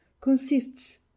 consists